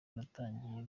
natangiye